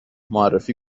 معرفی